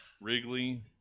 Wrigley